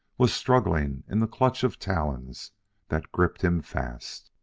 was struggling in the clutch of talons that gripped him fast.